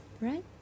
right